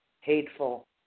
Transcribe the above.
hateful